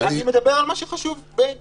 אני --- אני מדבר על מה שחשוב בעיני.